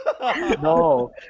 No